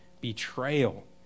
betrayal